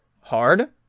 Hard